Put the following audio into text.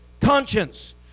conscience